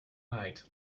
night